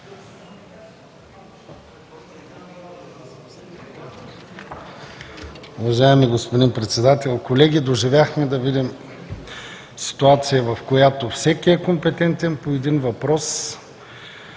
Уважаеми господин Председател, колеги! Доживяхме да видим ситуация, в която всеки е компетентен по един въпрос,